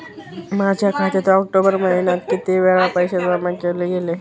माझ्या खात्यात ऑक्टोबर महिन्यात किती वेळा पैसे जमा केले गेले?